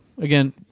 again